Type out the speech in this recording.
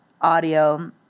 audio